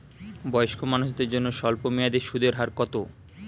বয়স্ক মানুষদের জন্য স্বল্প মেয়াদে সুদের হার কত?